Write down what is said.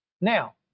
Now